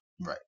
Right